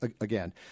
again